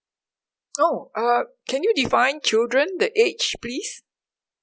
oh uh can you define children the age please